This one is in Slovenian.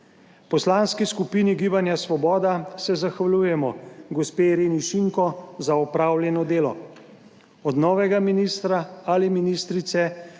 Poslanski skupini gibanja Svoboda se zahvaljujemo gospe Ireni Šinko za opravljeno delo. Od novega ministra ali ministrice